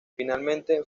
finalmente